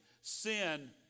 Sin